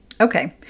Okay